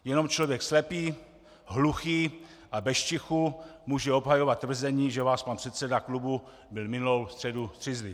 Jenom člověk slepý, hluchý a bez čichu může obhajovat tvrzení, že váš pan předseda klubu byl minulou středu střízliv.